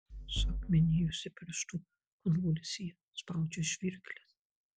suakmenėjusi pirštų konvulsija spaudžia žirkles